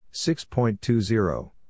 6.20